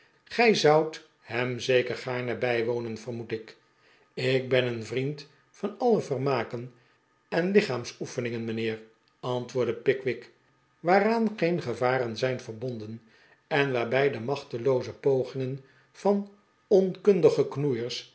gij zoudt hem zeker gaarne bijwonen vermoed ik ik ben een vriend van alle vermaken en lichaamsoefeningen mijnheer antwoordde pickwick waaraan geen gevaren zijn verbonden en waarbij de machtelooze pogingen van